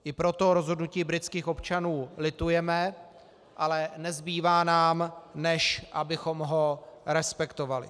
I proto rozhodnutí britských občanů litujeme, ale nezbývá nám, než abychom ho respektovali.